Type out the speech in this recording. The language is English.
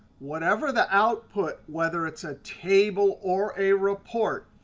whatever the output, whether it's a table or a report,